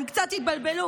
הם קצת התבלבלו.